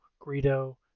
Greedo